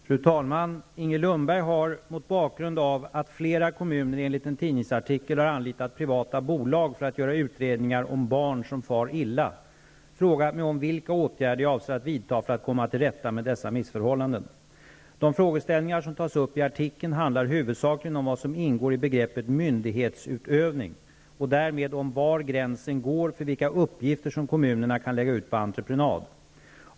Fru talman! Inger Lundberg har -- mot bakgrund av att flera kommuner enligt en tidningsartikel har anlitat privata bolag för att göra utredningar om barn som far illa -- frågat mig vilka åtgärder jag avser att vidta för att komma till rätta med dessa missförhållanden. De frågeställningar som tas upp i artikeln handlar huvudsakligen om vad som ingår i begreppet myndighetsutövning och därmed om var gränsen går för vilka uppgifter som kommunerna kan lägga ut på entreprenad.